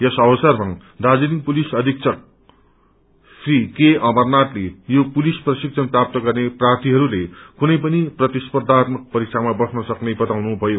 यस अवसरमा दार्जीलिङ पुलिस अपिक्षक श्री के अमरनाथले यो पुलिस प्रशिक्षण प्राप्त गर्ने प्रार्थीहरूले कुनै पनि प्रतिस्पर्खात्मक परीक्षामा बस्न सक्ने पताउन् भयो